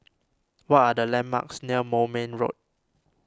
what are the landmarks near Moulmein Road